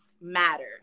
matter